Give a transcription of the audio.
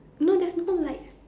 no there's no light